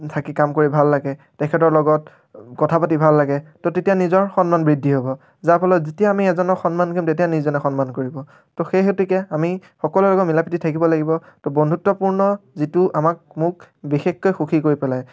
থাকি কাম কৰি ভাল লাগে তেখেতৰ লগত কথা পাতি ভাল লাগে তো তেতিয়া নিজৰ সন্মান বৃদ্ধি হ'ব যাৰ ফলত যেতিয়া আমি এজনক সন্মান কৰিম তেতিয়া ইজনে সন্মান কৰিব তো সেই হেতুকে আমি সকলোৰে লগত মিলা প্ৰীতিৰে থাকিব লাগিব তো বন্ধুত্বপূৰ্ণ যিটো আমাক মোক বিশেষকৈ সুখী কৰি পেলাই